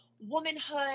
womanhood